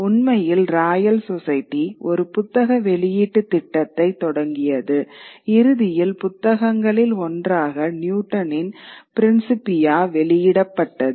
உண்மையில் Royal Society ஒரு புத்தக வெளியீட்டுத் திட்டத்தைத் தொடங்கியது இறுதியில் புத்தகங்களில் ஒன்றாக நியூட்டனின் பிரின்சிபியா வெளியிடப்பட்டது